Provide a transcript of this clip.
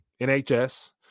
NHS